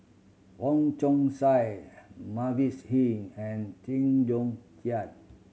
Wong Chong Sai Mavis Hee and Chew Joo Chiat